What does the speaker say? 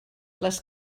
les